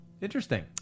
interesting